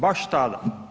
Baš tada.